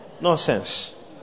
Nonsense